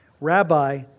Rabbi